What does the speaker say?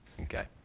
Okay